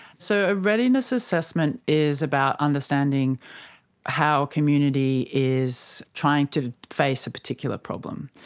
so a readiness assessment is about understanding how community is trying to face a particular problem.